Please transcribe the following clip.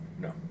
No